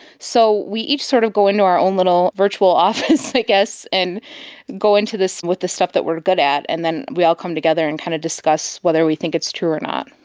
so we each sort of go into our own little virtual office i guess and go into this with the stuff that we are good at and then we all come together and kind of discuss whether we think it's true or not.